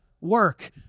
work